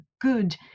good